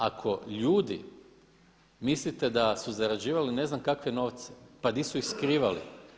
Ako ljudi mislite da su zarađivali ne znam kakve novce, pa di su ih skrivali?